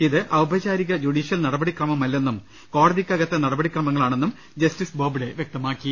ഇത് ഔപചാരിക ജുഡീഷ്യൽ നടപടി ക്രമമല്ലെന്നും കോടതിക്കകത്തെ നടപടിക്രമങ്ങളാണെന്നും ജസ്റ്റിസ് ബോബ്ഡെ വ്യക്തമാക്കി